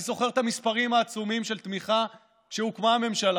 אני זוכר את המספרים העצומים של תמיכה כשהוקמה הממשלה